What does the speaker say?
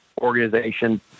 organization